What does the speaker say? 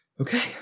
Okay